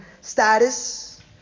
status